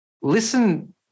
listen